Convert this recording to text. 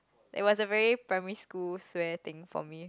it was a very primary school swear thing for me